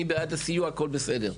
אני בעד הסיוע, והכול בסדר.